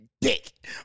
dick